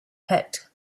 picked